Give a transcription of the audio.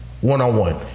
one-on-one